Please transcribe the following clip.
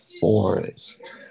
forest